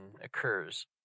occurs